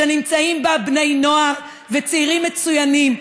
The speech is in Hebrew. שנמצאים בה בני נוער וצעירים מצוינים,